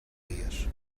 dies